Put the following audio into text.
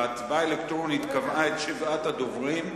ההצבעה האלקטרונית קבעה את שבעת הדוברים,